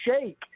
Shake